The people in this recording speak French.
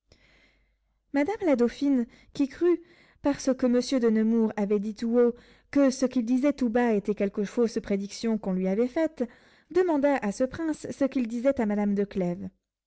madame la dauphine qui crut par ce que monsieur de nemours avait dit tout haut que ce qu'il disait tout bas était quelque fausse prédiction qu'on lui avait faite demanda à ce prince ce qu'il disait à madame